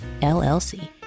LLC